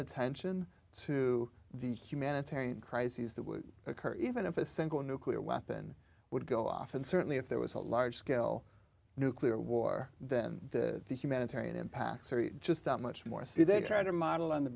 attention to the humanitarian crises that would occur even if a single nuclear weapon would go off and certainly if there was a large scale nuclear war then the humanitarian impacts are just that much more c they try to model on the